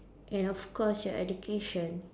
and of course your education